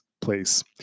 place